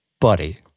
buddy